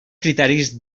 criteris